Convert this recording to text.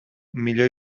miloi